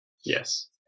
Yes